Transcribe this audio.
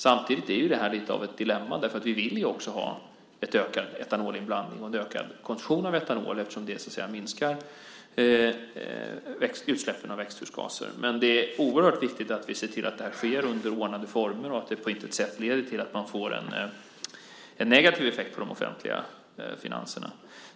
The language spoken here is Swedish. Samtidigt är det här lite av ett dilemma, därför att vi vill ju också ha en ökad etanolinblandning och en ökad konsumtion av etanol eftersom det minskar utsläppen av växthusgaser. Men det är oerhört viktigt att vi ser till att det här sker under ordnade former och att det på intet sätt leder till att vi får en negativ effekt på de offentliga finanserna.